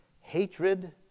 hatred